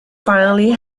finally